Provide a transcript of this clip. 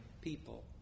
people